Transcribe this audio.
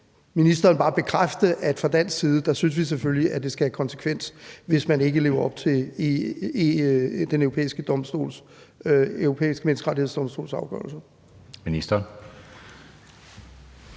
ministeren bare bekræfte, at fra dansk side synes vi selvfølgelig, at det skal have konsekvenser, hvis man ikke lever op til Den Europæiske Menneskerettighedsdomstols afgørelser?